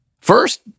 first